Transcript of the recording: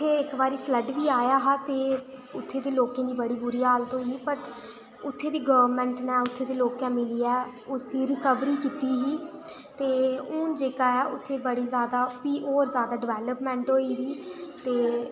ते इक बारी फ्लड बी आया हा ते उत्थै दे लोकें दी बड़ी बुरी हालत होई बट उत्थै दी गवर्नमैंट उत्थै दे लोकें मिलियै उसी रिकबरी कीती ही ते हून जेह्का ऐ उत्थै बड़ी ज्यादा प्ही और ज्यादा डिबैलप्मैंट होई दी ते